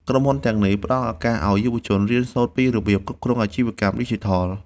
ក្រុមហ៊ុនទាំងនេះផ្ដល់ឱកាសឱ្យយុវជន រៀនសូត្រពីរបៀបគ្រប់គ្រងអាជីវកម្មឌីជីថល។